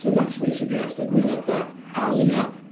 next, we suggest that we lift that housing up.